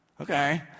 Okay